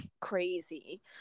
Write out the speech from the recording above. crazy